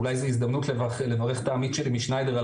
אולי זו הזדמנות לברך את העמית שלי משניידר על